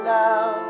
now